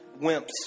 wimps